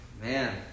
man